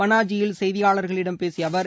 பனாஜியில் செய்தியாளர்களிடம் பேசிய அவர்